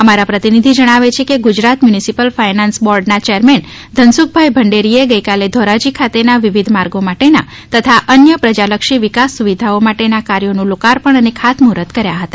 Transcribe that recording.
અમારા પ્રતિનિધિ જણાવે છે કે ગુજરાત મ્યુનિસિપલ ફાઈનાન્સ બોર્ડના ચેરમેન શ્રી ધનસુખભાઈ ભંડેરીએ ગઈકાલે ધોરાજી ખાતેના વિવિધ માર્ગો માટેના તથા અન્ય પ્રજાલક્ષી વિકાસ સુવિધાઓ માટેના કાર્યોનું લોકાપર્ણ ખાતમૂહૂર્ત કર્યા હતા